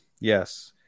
Yes